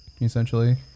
essentially